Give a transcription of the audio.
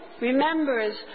remembers